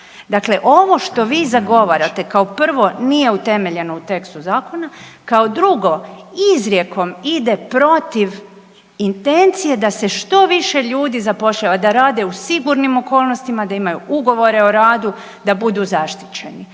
Dakle, ovo što vi zagovarate kao prvo nije utemeljeno u tekstu zakona. Kao drugo, izrijekom ide protiv intencije da se što više ljudi zapošljava da rade u sigurnim okolnostima, da imaju ugovore o radu, da budu zaštićeni,